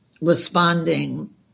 responding